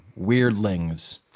weirdlings